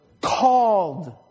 Called